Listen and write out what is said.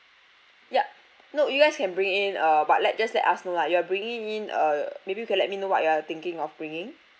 yup no you guys can bring in uh but let just let us know lah you are bringing in uh maybe you can let me know what you are thinking of bringing